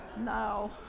No